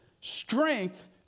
strength